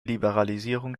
liberalisierung